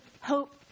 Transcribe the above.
hope